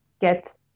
get